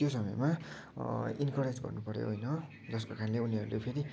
त्यो समयमा इन्करेज गर्न पऱ्यो होइन जसको कारणले उनीहरूले फेरि